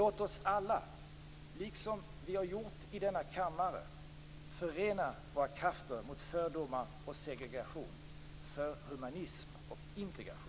Låt oss alla, liksom vi har gjort i denna kammare, förena våra krafter mot fördomar och segregation och för humanism och integration.